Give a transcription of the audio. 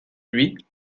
lui